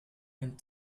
and